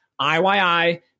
IYI